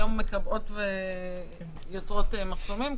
היום הן מקבעות ויוצרות מחסומים.